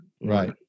Right